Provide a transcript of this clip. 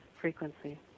frequency